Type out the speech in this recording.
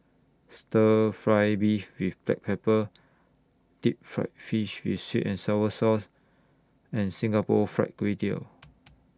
Stir Fry Beef with Black Pepper Deep Fried Fish with Sweet and Sour Sauce and Singapore Fried Kway Tiao